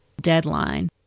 deadline